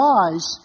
eyes